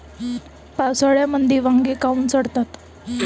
पावसाळ्यामंदी वांगे काऊन सडतात?